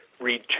read